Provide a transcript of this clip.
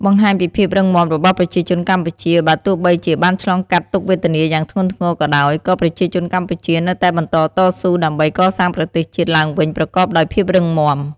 បង្ហាញពីភាពរឹងមាំរបស់ប្រជាជនកម្ពុជាបើទោះបីជាបានឆ្លងកាត់ទុក្ខវេទនាយ៉ាងធ្ងន់ធ្ងរក៏ដោយ ក៏ប្រជាជនកម្ពុជានៅតែបន្តតស៊ូដើម្បីកសាងប្រទេសជាតិឡើងវិញប្រកបដោយភាពរឹងមាំ។